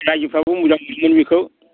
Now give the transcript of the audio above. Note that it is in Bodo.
रायजोफ्राबो मोजां मोनगोन बेखौ